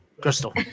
crystal